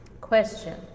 Question